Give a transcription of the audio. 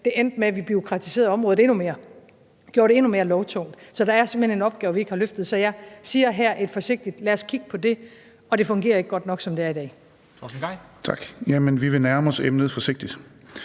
Det endte med, at vi bureaukratiserede området endnu mere, gjorde det endnu mere lovtungt, så der er simpelt hen en opgave, vi ikke har løftet. Så jeg siger her et forsigtigt: Lad os kigge på det. Det fungerer ikke godt nok, som det er i dag.